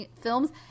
films